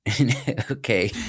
Okay